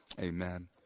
Amen